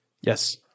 Yes